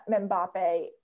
Mbappe